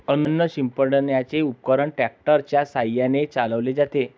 अन्न शिंपडण्याचे उपकरण ट्रॅक्टर च्या साहाय्याने चालवले जाते